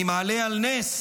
אני מעלה על נס